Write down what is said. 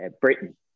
Britain